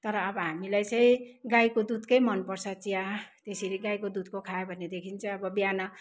तर अब हामीलाई चाहिँ गाईको दुधकै मन पर्छ चिया त्यसरी गाईको दुधको खायो भनेदेखि चाहिँ अब बिहान